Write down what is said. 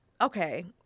Okay